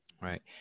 Right